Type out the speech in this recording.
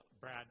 Brad